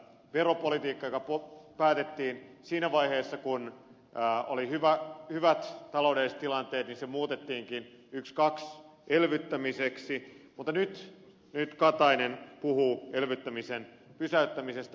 veropolitiikka joka päätettiin siinä vaiheessa kun oli hyvät taloudelliset tilanteet muutettiinkin ykskaks elvyttämiseksi mutta nyt katainen puhuu elvyttämisen pysäyttämisestä